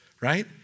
right